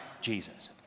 Jesus